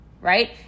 right